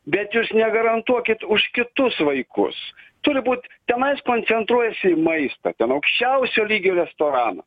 bet jūs negarantuokit už kitus vaikus turi būt tenais koncentruojasi į maistą ten aukščiausio lygio restoraną